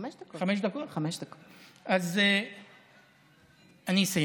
אז אני אסיים.